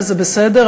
וזה בסדר,